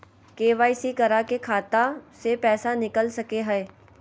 KYC करा के खाता से पैसा निकल सके हय?